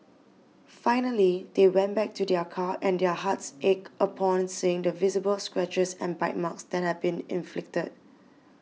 finally they went back to their car and their hearts ached upon seeing the visible scratches and bite marks that had been inflicted